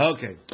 Okay